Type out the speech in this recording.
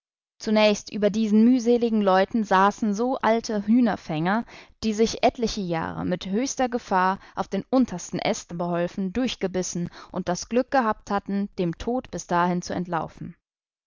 zunächst über diesen mühseligen leuten sassen so alte hühnerfänger die sich etliche jahre mit höchster gefahr auf den untersten ästen beholfen durchgebissen und das glück gehabt hatten dem tod bis dahin zu entlaufen